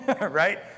right